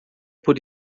por